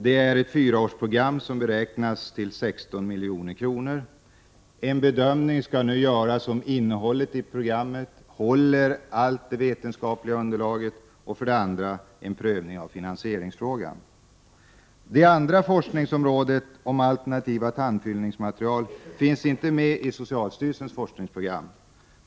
Det är ett fyraårsprogram som beräknas till 16 milj.kr. En bedömning skall nu göras om innehållet i programmet — håller allt det vetenskapliga underlaget? — och likaså en prövning av finansieringsfrågan. Det andra forskningsområdet — om alternativa tandfyllnadsmaterial— finns inte med i socialstyrelsens forskningsprogram.